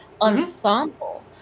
ensemble